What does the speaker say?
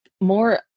more